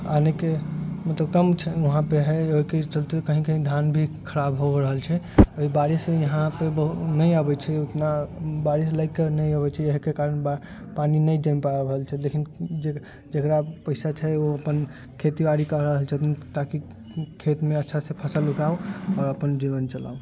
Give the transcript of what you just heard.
पानिके मतलब कम छै वहाँ पे हइ एहिके चलते कही कही धान भी खराब हो रहल छै एहि बारिश से यहाँ पे नहि आबैत छै ओतना बारिश लगके नहि आबैत छै इहेके कारण पानि नहि जमि पाबि रहल छै लेकिन जे जेकरा पैसा छै ओ मतलब अपन खेती बाड़ी कऽ रहल छथिन ताकि खेतमे अच्छा से फसल उगाउ आओर अपन जीवन चलाउ